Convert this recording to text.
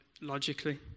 logically